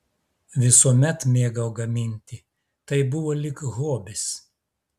visuomet mėgau gaminti tai buvo lyg hobis